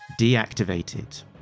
deactivated